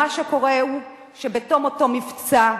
מה שקורה הוא שבתום אותו מבצע,